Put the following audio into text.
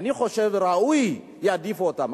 אני חושב שראוי שיעדיפו אותם,